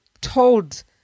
told